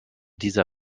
dieser